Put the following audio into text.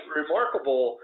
remarkable